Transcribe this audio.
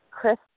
Chris